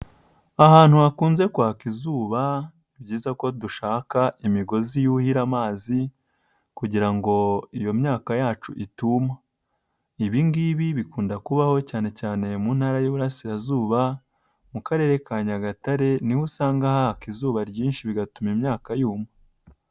Ahantu hakunze kwaka izuba, ni byiza ko dushaka imigozi yuhira amazi kugira ngo iyo myaka yacu itumo. Ibi ngibi bikunda kubaho cyane cyane mu Ntara y'Iburasirazuba mu karere ka Nyagatare, niho usanga haka izuba ryinshi bigatuma imyakayuma.